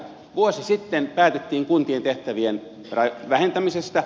vuosi sitten päätettiin kuntien tehtävien vähentämisestä